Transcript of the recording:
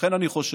ולכן אני חושב,